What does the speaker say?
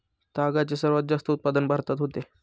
तागाचे सर्वात जास्त उत्पादन भारतात होते